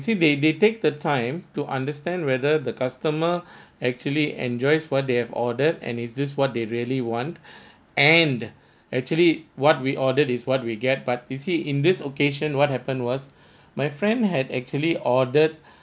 see they they take the time to understand whether the customer actually enjoys what they have ordered and is this what they really want and actually what we ordered is what we get but you see in this occasion what happened was my friend had actually ordered